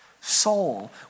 Soul